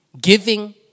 giving